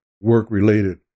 work-related